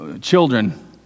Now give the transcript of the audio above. children